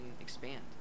expand